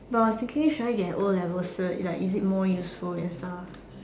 but I was thinking should I get an O-level cert it's like is it more useful and stuff